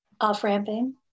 Off-ramping